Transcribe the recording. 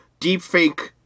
Deepfake